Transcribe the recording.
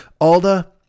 Alda